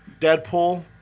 Deadpool